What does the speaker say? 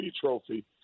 trophy